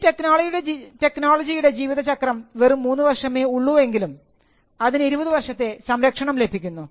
ഈ ടെക്നോളജിയുടെ ജീവിതചക്രം വെറും മൂന്നു വർഷമേ ഉള്ളൂ എങ്കിലും അതിന് 20 വർഷത്തെ സംരക്ഷണം ലഭിക്കുന്നു